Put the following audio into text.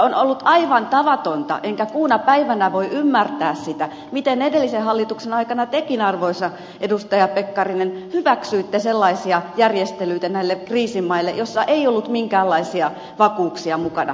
on ollut aivan tavatonta enkä kuuna päivänä voi ymmärtää sitä miten edellisen hallituksen aikana tekin arvoisa edustaja pekkarinen hyväksyitte sellaisia järjestelyitä näille kriisimaille joissa ei ollut minkäänlaisia vakuuksia mukana